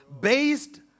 based